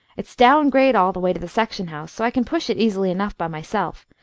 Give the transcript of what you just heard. it's down grade all the way to the section-house, so i can push it easily enough by myself,